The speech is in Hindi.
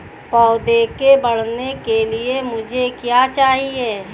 पौधे के बढ़ने के लिए मुझे क्या चाहिए?